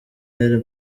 yari